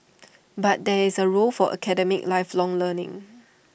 but there is A role for academic lifelong learning